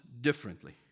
differently